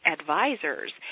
advisors